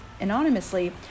anonymously